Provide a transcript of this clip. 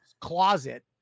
closet